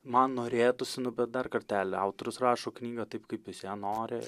man norėtųsi nu bet dar kartelį autorius rašo knygą taip kaip jis ją nori